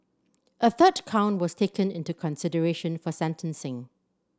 a third count was taken into consideration for sentencing